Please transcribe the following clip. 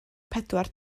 pedwar